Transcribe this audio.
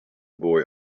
boy